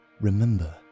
Remember